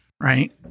Right